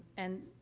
and,